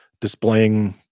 displaying